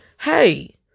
hey